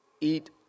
eat